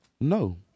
no